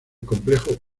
complejo